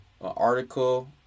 article